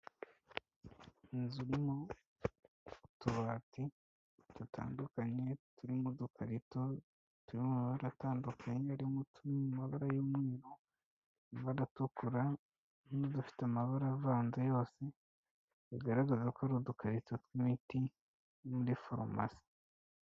Inzu irimo utubati dutandukanye, turimo udukarito turimo amabara atandukanye harimo utw'amabara y'umweruamabara atukura n'udufite amabara avanze yose, bigaragaza ko ari udukarito tw'imiti muri farumasi.